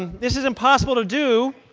and this is impossible to do.